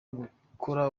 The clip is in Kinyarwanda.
gukora